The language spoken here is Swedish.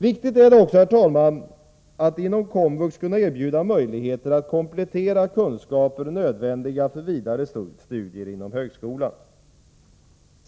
Viktigt är det också, herr talman, att inom komvux kunna erbjuda möjligheter att komplettera kunskaper nödvändiga för vidare studier inom högskolan.